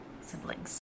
siblings